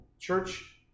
church